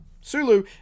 Sulu